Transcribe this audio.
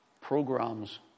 programs